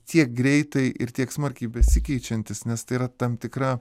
tiek greitai ir tiek smarkiai besikeičiantis nes tai yra tam tikra